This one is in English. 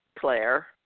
claire